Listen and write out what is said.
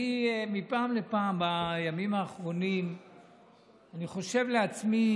מפעם לפעם בימים האחרונים אני חושב לעצמי: